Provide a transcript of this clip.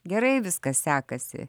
gerai viskas sekasi